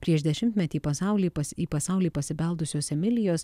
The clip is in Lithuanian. prieš dešimtmetį pasaulį pas į pasaulį pasibeldusios emilijos